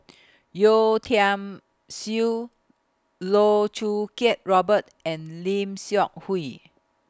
Yeo Tiam Siew Loh Choo Kiat Robert and Lim Seok Hui